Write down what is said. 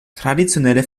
traditionelle